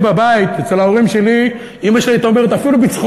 אצלי בבית,